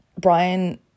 Brian